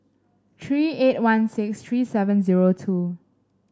three eight one six three seven zero two